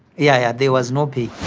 yeah, yeah, there was no pay.